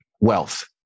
wealth